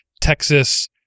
Texas